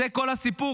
זה כל הסיפור.